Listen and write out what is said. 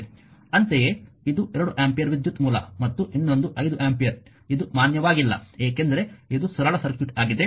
ಅಂತೆಯೇ ಇದು 2 ಆಂಪಿಯರ್ ವಿದ್ಯುತ್ ಮೂಲ ಮತ್ತು ಇನ್ನೊಂದು 5 ಆಂಪಿಯರ್ ಇದು ಮಾನ್ಯವಾಗಿಲ್ಲ ಏಕೆಂದರೆ ಇದು ಸರಳ ಸರ್ಕ್ಯೂಟ್ ಆಗಿದೆ